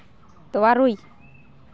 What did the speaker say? ᱛᱩᱨᱩᱭ